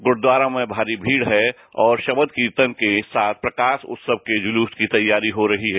गुरुद्वारों में भारी भीड़ है और शब्द कीर्तन के साथ प्रकाश उत्सव के जुलूस की तैयारी हो रही है